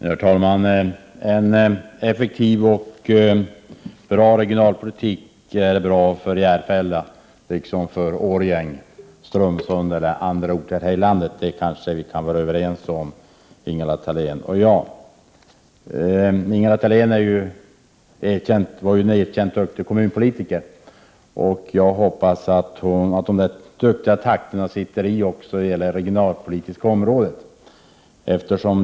Herr talman! En effektiv och bra regionalpolitik är bra för Järfälla liksom för Årjäng, Strömsund och andra orter här i landet — det kanske vi kan vara överens om, Ingela Thalén och jag. Ingela Thalén var en erkänt duktig kommunpolitiker. Jag hoppas att de duktiga takterna sitter i också beträffande det regionalpolitiska området.